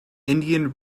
indian